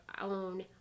own